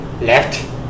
left